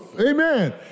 Amen